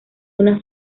unas